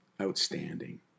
outstanding